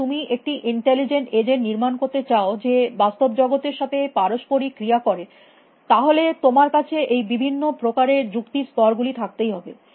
যদি তুমি একটি ইন্টেলিজেন্ট এজেন্ট নির্মাণ করতে চাও যে বাস্তব জগতের সাথে পারস্পরিক ক্রিয়া করে তাহলে তোমার কাছে এই বিভিন্ন প্রকারের যুক্তির স্তর গুলি থাকতেই হবে